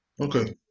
Okay